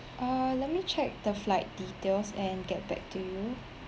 uh let me check the flight details and get back to you